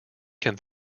can